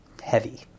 heavy